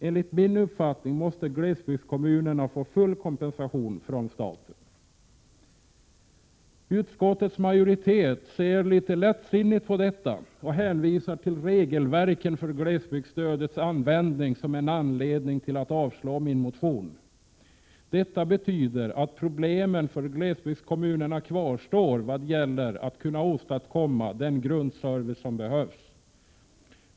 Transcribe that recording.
Enligt min uppfattning måste glesbygdskommunerna få full kompensation från staten. Utskottets majoritet ser litet lättsinnigt på detta och hänvisar till regelverken för glesbygdsstödets användning som en anledning till att avslå min motion. Detta betyder att problemen för glesbygdskommunerna kvarstår vad gäller att kunna åstadkomma den grundservice som behövs.